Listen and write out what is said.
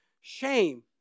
shame